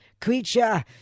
Creature